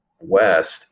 west